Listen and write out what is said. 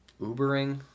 Ubering